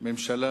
ממשלה